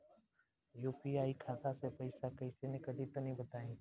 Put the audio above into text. UPI खाता से पइसा कइसे निकली तनि बताई?